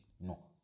no